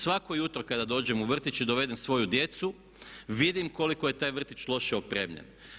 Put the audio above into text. Svako jutro kada dođem u vrtić i dovedem svoju djecu vidim koliko je taj vrtić loše opremljen.